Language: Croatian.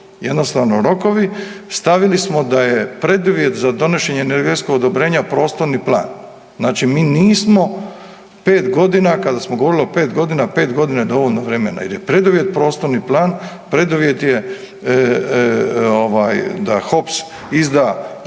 Jednostavno rokovi, stavili smo da je preduvjet za donošenje energetskog odobrenja prostorni plan. Znači mi nismo 5 godina kada smo govorili o 5 godina, 5 godina je dovoljno vremena, jer je preduvjet prostorni plan, preduvjet je da HOPS izda